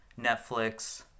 Netflix